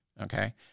Okay